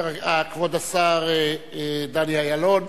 כבוד השר דני אילון,